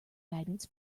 magnets